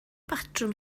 batrwm